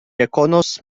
rekonos